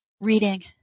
reading